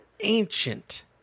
ancient